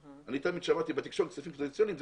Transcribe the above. אני תמיד שמעתי בתקשורת שכספים קואליציוניים זה